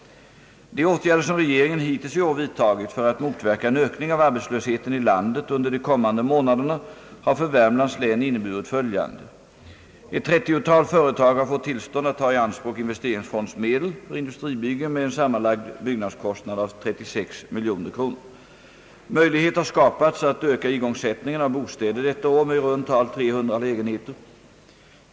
De åtgärder som regeringen hittills i år vidtagit för att motverka en ökning av arbetslösheten i landet under de kommande månaderna har för Värmlands län inneburit följande. Ett 30-tal företag har fått tillstånd att ta i anspråk investeringsfondsmedel för industribyggen med en sammanlagd byggnadskostnad av 36 miljoner kronor. Möjlighet har skapats att öka igångsättningen av bostäder detta år med i runt tal 300 lägenheter.